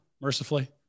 mercifully